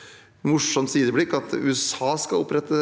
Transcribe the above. litt sånn morsomt sideblikk at USA skal opprette